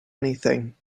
anything